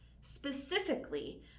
specifically